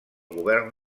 govern